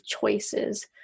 choices